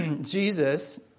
Jesus